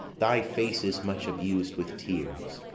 thy face is much abus'd with tears.